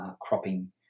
cropping